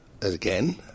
again